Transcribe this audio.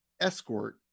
escort